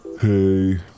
Hey